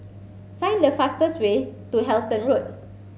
find the fastest way to Halton Road